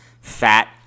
fat